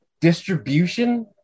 distribution